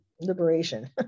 liberation